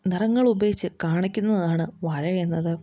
നിറങ്ങളുപയോഗിച്ചു കാണിക്കുന്നതാണ് വരയെന്നത്